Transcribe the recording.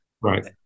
right